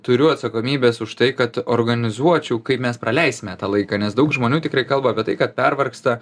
turiu atsakomybės už tai kad organizuočiau kaip mes praleisime tą laiką nes daug žmonių tikrai kalba apie tai kad pervargsta